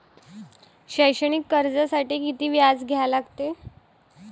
शैक्षणिक कर्जासाठी किती व्याज द्या लागते?